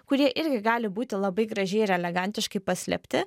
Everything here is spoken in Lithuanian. kurie irgi gali būti labai gražiai ir elegantiškai paslėpti